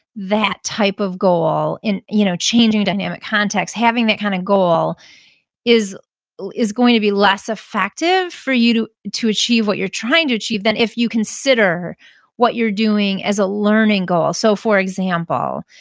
that type of goal, in you know changing dynamic context, having that kind of goal is is going to be less effective for you to achieve what you're trying to achieve than if you consider what you're doing as a learning goal so for example,